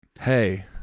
hey